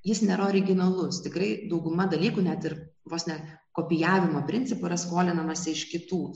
jis nėra originalus tikrai dauguma dalykų net ir vos ne kopijavimo principu yra skolinamasi iš kitų